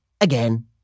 again